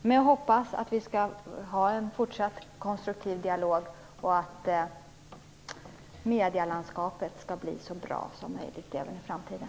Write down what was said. Men jag hoppas att vi skall kunna föra en fortsatt konstruktiv dialog, och att medielandskapet skall bli så bra som möjligt även i framtiden.